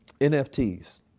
NFTs